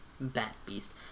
Bat-Beast